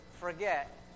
forget